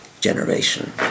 generation